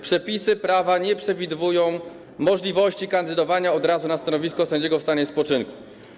Przepisy prawa nie przewidują możliwości kandydowania od razu na stanowisko sędziego w stanie spoczynku.